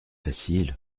facile